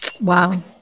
Wow